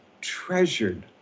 treasured